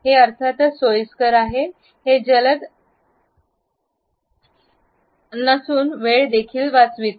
हे अर्थातच सोयीस्कर आहे हे जलद दहावी असून वेळ देखील वाचवते